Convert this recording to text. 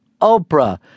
Oprah